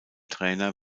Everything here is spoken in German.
trainer